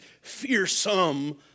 fearsome